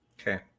Okay